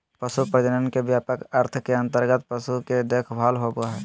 पशु प्रजनन के व्यापक अर्थ के अंतर्गत पशु के देखभाल होबो हइ